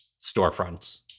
storefronts